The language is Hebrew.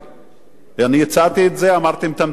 הצעתי את זה, אמרתם: תמתינו עם הוועדות.